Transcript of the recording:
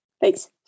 Thanks